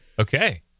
Okay